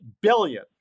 billion